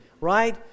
right